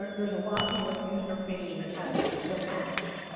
there's a lot of people that use their fame as the match.